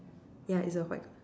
ya it's a white